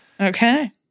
Okay